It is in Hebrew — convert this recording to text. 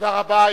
תודה רבה.